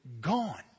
gone